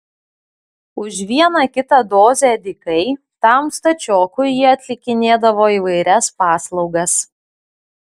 už vieną kitą dozę dykai tam stačiokui jie atlikinėdavo įvairias paslaugas